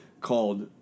Called